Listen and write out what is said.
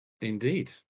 Indeed